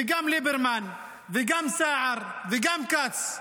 גם ליברמן, גם סער וגם כץ,